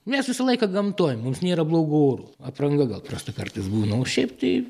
mes visą laiką gamtoj mums nėra blogo oro apranga gal prasta kartais būna o šiaip tai